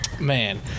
man